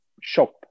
shop